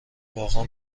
واقعا